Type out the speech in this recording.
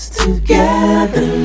together